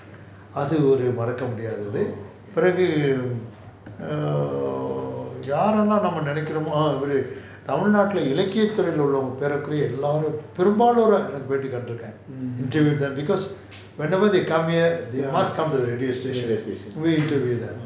அது ஒரு மறக்க முடியாதது பிறகு:athu oru maraka mudiyaathathu piragu err யாரெல்லாம் நம்ம நினைக்கிறோமோ இவரு தமிழ்நாட்டுல இளகிய துறைல இருக்குறவங்க உள்ளவங்க எற குறைய எல்லாரையும் பெரும்பாலாருடைய எனக்கு பேட்டி கண்டு இருக்கேன்:yaarellaam namma ninaikiromo ivaru tamilnaatula ilagiya thuraila irukuravanga ullavanga eara kuraya yellarayum perumbalaradoya ennaku paeti kandu irukaen interviewed them because whenever they come here they must come to the radio station we interview them